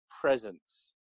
presence